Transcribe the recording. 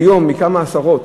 כיום, מכמה עשרות